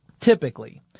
typically